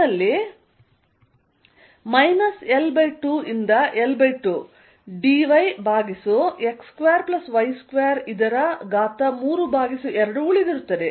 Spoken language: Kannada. ನನ್ನಲ್ಲಿ L2 ರಿಂದ L2 dyx2y232 ಉಳಿದಿರುತ್ತದೆ